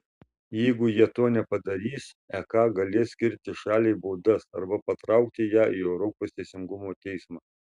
jeigu jie to nepadarys ek galės skirti šaliai baudas arba patraukti ją į europos teisingumo teismą